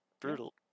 brutal